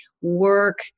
work